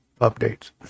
updates